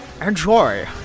Enjoy